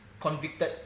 Convicted